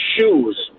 shoes